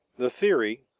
the theory,